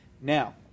Now